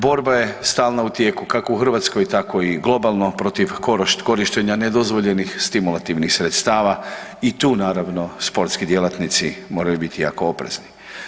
Borba je stalno u tijeku kako u Hrvatskoj tako i globalno protiv korištenja nedozvoljenih stimulativnih sredstava i tu naravno sportski djelatnici moraju biti jako oprezni.